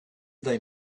they